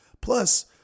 Plus